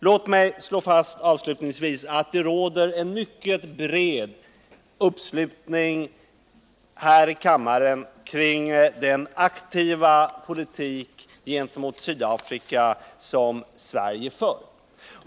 Låt mig slå fast att det råder en mycket bred uppslutning här i kammaren kring den aktiva politik gentemot Sydafrika som Sverige för.